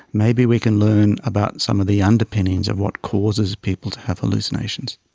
maybe we can learn about some of the underpinnings of what causes people to have hallucinations.